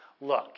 Look